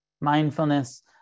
Mindfulness